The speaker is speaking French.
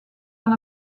dans